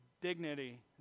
dignity